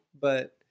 but-